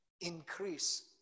Increase